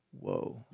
Whoa